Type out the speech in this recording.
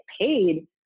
paid